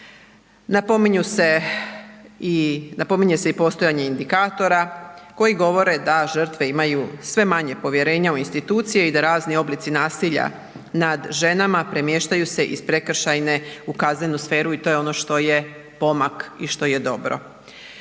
Napominje se i postojanje indikatora koji govore da žrtve imaju sve manje povjerenja u institucije i da razni oblici nasilja nad ženama premještaju se iz prekršajne u kaznenu sferu i to je ono što je pomak i što je dobro.